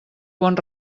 bon